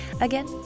again